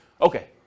Okay